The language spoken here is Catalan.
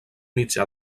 mitjà